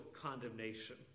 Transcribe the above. condemnation